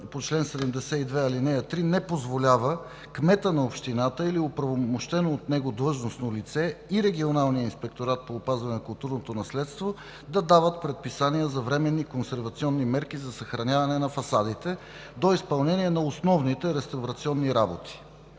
по чл. 72, ал. 3 не позволява кметът на общината или оправомощено от него длъжностно лице и регионалният инспекторат по опазване на културното наследство да дават предписания за временни консервационни мерки за съхраняване на фасадите до изпълнение на основните реставрационни работи.